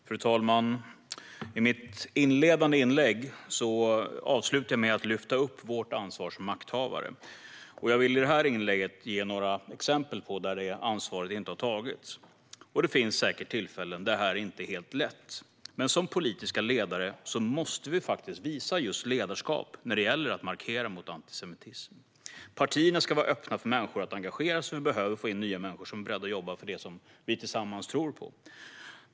Fru talman! I mitt inledande inlägg avslutade jag med att lyfta upp vårt ansvar som makthavare. Jag vill i det här inlägget ge några exempel på när det ansvaret inte har tagits. Det finns säkert tillfällen då det här inte är helt lätt. Men som politiska ledare måste vi faktiskt visa just ledarskap när det gäller att markera mot antisemitism. Partierna ska vara öppna för människor att engagera sig, och vi behöver få in nya människor som är beredda att jobba för det som vi tillsammans tror på.